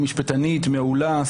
שהיא משפטנית מעולה,